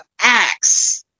Acts